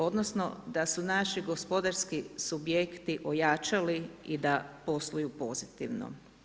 Odnosno, da su naši gospodarski subjekti ojačali i da posluju pozitivno.